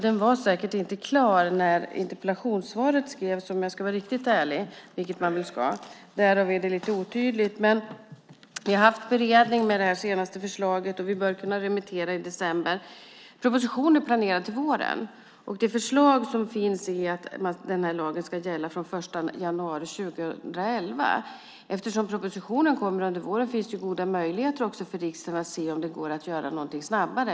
Den var säkert inte klar när interpellationssvaret skrevs, om jag ska vara riktigt ärlig, vilket man ska. Därav är det lite otydligt. Men vi har haft en beredning när det gäller det senaste förslaget. Vi bör kunna remittera i december. Propositionen är planerad till våren, och det förslag som finns är att den här lagen ska gälla från den 1 januari 2011. Eftersom propositionen kommer under våren finns det också goda möjligheter för riksdagen att se om det går att göra någonting snabbare.